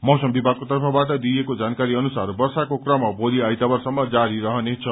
मौसम विभागको तर्फबाट दिइएको जानकारी अनुसार वर्षाको कम भोलि आइतबारसम्म जारी रहनेछ